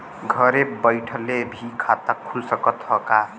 घरे बइठले भी खाता खुल सकत ह का?